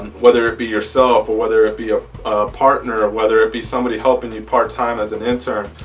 whether it be yourself or whether it be a partner of whether it be somebody helping you part-time as an intern.